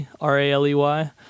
R-A-L-E-Y